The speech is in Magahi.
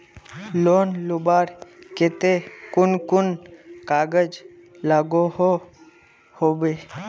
लोन लुबार केते कुन कुन कागज लागोहो होबे?